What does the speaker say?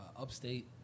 upstate